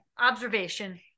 Observation